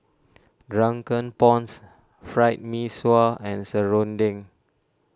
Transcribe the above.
Drunken Prawns Fried Mee Sua and Serunding